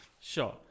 Sure